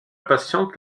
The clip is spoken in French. patiente